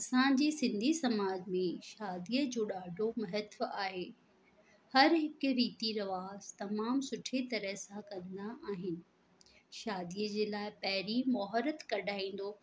असांजी सिंधी समाज में शादीअ जो ॾाढो महत्व आहे हर हिकु रीती रवाज़ तमामु सुठे तरह सां कंदा आहिनि शादीअ जे लाइ पहिरीं मोहरत कढाईंदो